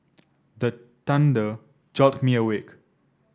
the thunder jolt me awake